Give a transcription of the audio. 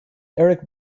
eric